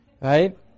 Right